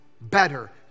better